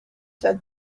said